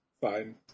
fine